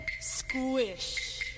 Squish